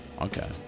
Okay